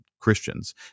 Christians